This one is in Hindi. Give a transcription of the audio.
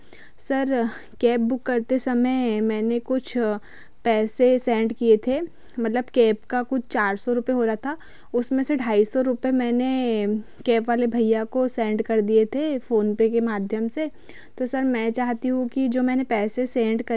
सर कैब बुक करते समय मैंने कुछ पैसे सेंड किए थे मतलब कैब कुछ चार सौ रुपए हो रहा था उसमें से ढाई सौ रुपए मैंने कैब वाले भैया को सेंड कर दिए थे फोन पे के माध्यम से तो सर मैं चाहती हूँ कि जो मैंने पैसे सेंड करे हैं